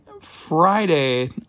Friday